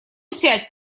сядь